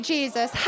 Jesus